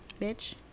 bitch